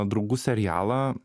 draugų serialą